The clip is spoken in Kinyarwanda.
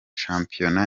shampiyona